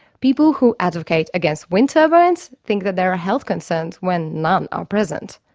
people who advocate against wind turbines think that there are health concerns when none are present.